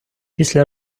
після